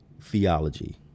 theology